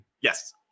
Yes